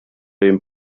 den